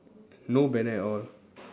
no banner at all